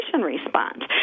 response